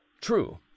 True